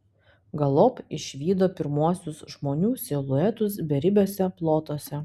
galop išvydo pirmuosius žmonių siluetus beribiuose plotuose